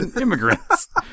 immigrants